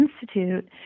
Institute